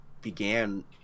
began